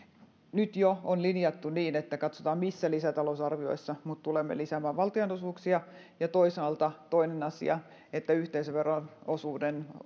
nyt jo on linjattu niin että katsotaan missä lisätalousarviossa tulemme lisäämään valtionosuuksia ja toisaalta toinen asia yhteisöveron osuuden